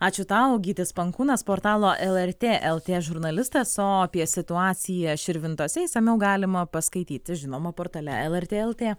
ačiū tau gytis pankūnas portalo lrt lt žurnalistas o apie situaciją širvintose išsamiau galima paskaityti žinoma portale lrt lt